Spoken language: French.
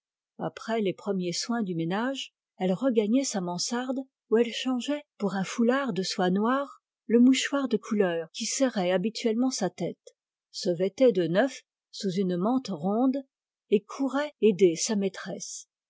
après les premiers soins du ménage elle regagnait sa mansarde où elle changeait pour un foulard de soie noire le mouchoir de couleur qui serrait habituellement sa tête se vêtait de neuf sous une mante ronde et courait aider sa maîtresse